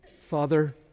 Father